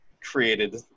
Created